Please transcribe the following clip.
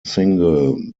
single